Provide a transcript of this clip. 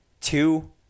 Two